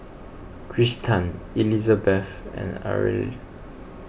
Kristan Elizabeth and Areli